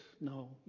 No